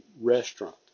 restaurant